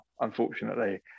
unfortunately